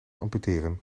amputeren